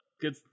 Good